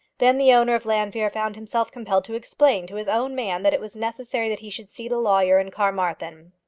then the owner of llanfeare found himself compelled to explain to his own man that it was necessary that he should see the lawyer in carmarthen.